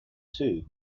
two